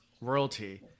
royalty